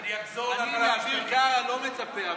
ואני מאביר קארה לא מצפה,